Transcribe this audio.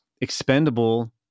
expendable